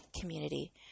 community